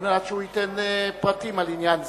על מנת שהוא ייתן פרטים על עניין זה.